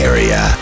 Area